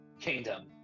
kingdom